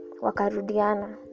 wakarudiana